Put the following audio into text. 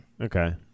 Okay